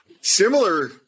Similar